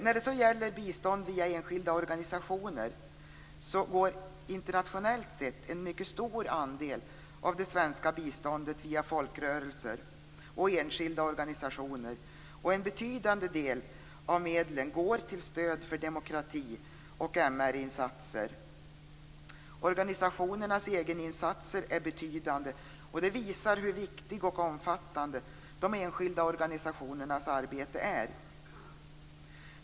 När det gäller bistånd via enskilda organisationer går internationellt sett en mycket stor andel av det svenska biståndet via folkrörelser och enskilda organisationer, och en betydande del av medlen går till stöd för demokrati och MR-insatser. Organisationernas egeninsatser är betydande, och det visar hur viktigt och omfattande de enskilda organisationernas arbete är.